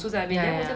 ya ya